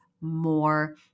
more